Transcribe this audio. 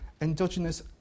endogenous